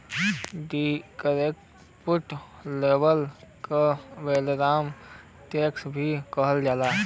descriptive label के वालाराम tax भी कहल जाला